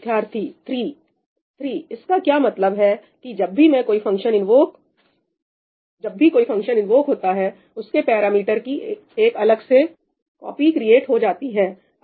विद्यार्थी 3 3 इसका क्या मतलब है कि जब भी कोई फंक्शन इन्वोक होता है उसके पैरामीटर की एक अलग से कॉपी क्रिएट हो जाती है